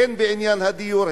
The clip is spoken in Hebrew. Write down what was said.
הן בעניין הדיור,